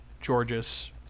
Georges